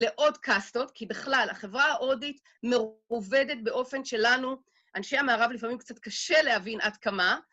לעוד קאסטות, כי בכלל, החברה ההודית עובדת באופן שלנו, אנשי המערב לפעמים קצת קשה להבין עד כמה,